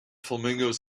flamingos